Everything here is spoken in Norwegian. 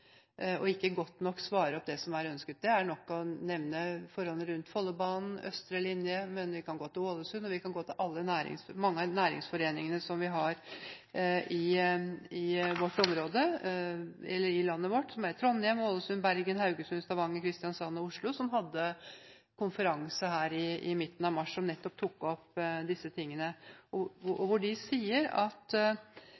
og ikke godt nok svarer på det som er ønsket. Det er nok å nevne forholdene rundt Follobanen, østre linje. Men vi kan gå til mange av næringsforeningene som vi har i landet vårt, i Trondheim, Ålesund, Bergen, Haugesund, Stavanger, Kristiansand og Oslo, som hadde konferanse i midten av mars, og som tok opp nettopp disse tingene. De sier at de ønsker å se nærmere på det som er lagt til grunn for bl.a. Jernbaneverkets utredning om et fremtidig IC-triangel rundt Oslo og